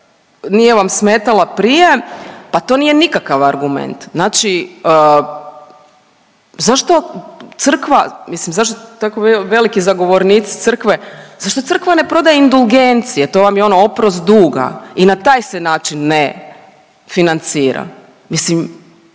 nije vam smetala prije? Pa to nije nikakav argument. Znači zašto crkva, mislim zašto tako veliki zagovornici crkve zašto crkva ne prodaje indulgencije. To vam je ono oprost duga. I na taj se način ne financira.